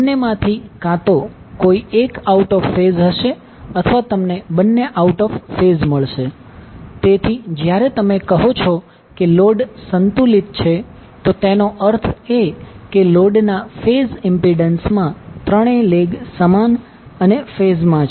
બન્નેમાંથી કાં તો કોઈ એક આઉટ ઓફ ફેઝ હશે અથવા તમને બંને આઉટ ઓફ ફેઝ મળશે તેથી જ્યારે તમે કહો છો કે લોડ સંતુલિત છે તો તેનો અર્થ એ કે લોડના ફેઝ ઇમ્પિડન્સમા ત્રણેય લેગ સમાન અને ફેઝમાં છે